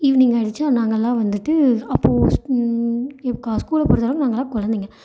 evening ஆயிடுச்சா நாங்களாம் வந்துட்டு அப்போது எங்கள் ஸ்கூல பொருத்தளவுக்கு நாங்களாம் குழந்தைங்க